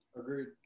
Agreed